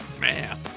man